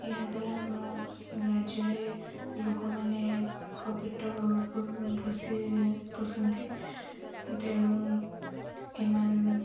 ଏହାଦ୍ୱାରା ଆମ ରାଜ୍ୟରେ ଲୋକମାନଙ୍କ ପେଟ ପୋଷନ୍ତି ତେଣୁ ଏମାନେ